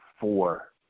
four